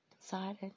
decided